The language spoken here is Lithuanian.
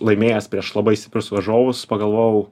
laimėjęs prieš labai stiprius varžovus pagalvojau